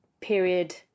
period